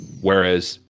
whereas